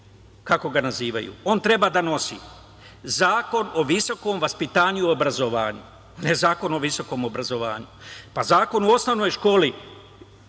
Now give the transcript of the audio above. kako ga nazivaju, on treba da nosi naziv Zakon o visokom vaspitanju i obrazovanju, ne Zakon o visokom obrazovanju. Pa, zakon o osnovnoj školi,